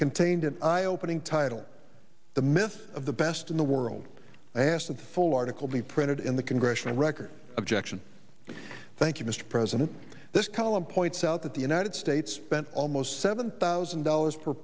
contained an eye opening title the myth of the best in the world i asked him the full article be printed in the congressional record objection thank you mr president this column points out that the united states spent almost seven thousand dollars per